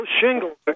shingles